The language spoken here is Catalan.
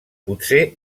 potser